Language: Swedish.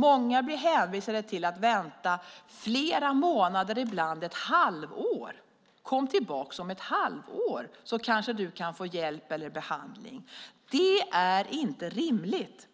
Många blir hänvisade till att vänta flera månader, ibland ett halvår: Kom tillbaka om ett halvår, så kanske du kan få hjälp eller behandling. Det är inte rimligt.